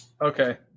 Okay